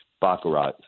Baccarat